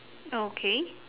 okay